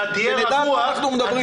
תדע על מה אנחנו מדברים.